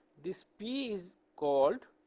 this p is called